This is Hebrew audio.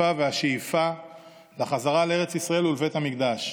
והשאיפה לחזרה לארץ ישראל ולבית המקדש.